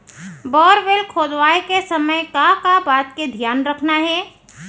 Borewell खोदवाए के समय का का बात के धियान रखना हे?